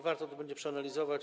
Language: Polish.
Warto to będzie przeanalizować.